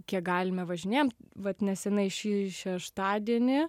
kiek galime važinėjam vat nesenai šį šeštadienį